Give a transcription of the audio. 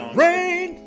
rain